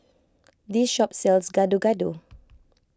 this shop sells Gado Gado